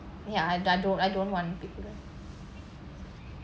ya I don't I don't want